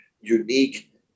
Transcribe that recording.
unique